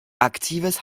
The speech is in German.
aktives